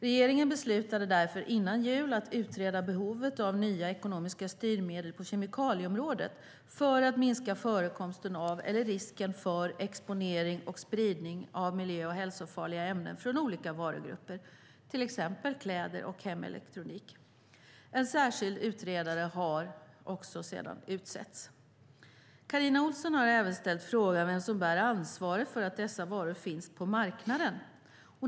Regeringen beslutade därför före jul att utreda behovet av nya ekonomiska styrmedel på kemikalieområdet för att minska förekomsten av, eller risken för, exponering och spridning av miljö och hälsofarliga ämnen från olika varugrupper, till exempel kläder och hemelektronik. En särskild utredare har utsetts. Carina Ohlsson har även ställt frågan vem som bär ansvaret för att dessa varor finns på marknaden.